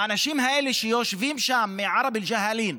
האנשים האלה שיושבים שם, מערב אל-ג'האלין,